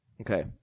Okay